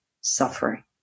suffering